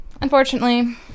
Unfortunately